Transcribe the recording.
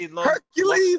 Hercules